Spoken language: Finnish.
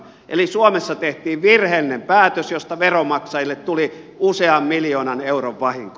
eli suomessa tehtiin virheellinen päätös josta veronmaksajille tuli usean miljoonan euron vahinko